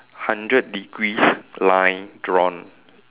hundred degrees line drawn